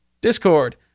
Discord